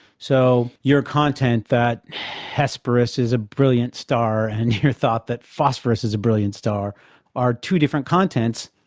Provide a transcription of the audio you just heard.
so, your content that hesperus is a brilliant star and your thought that phosphorus is a brilliant star are two different contents,